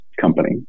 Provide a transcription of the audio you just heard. company